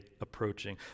approaching